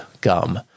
gum